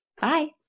Bye